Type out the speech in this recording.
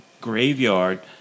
graveyard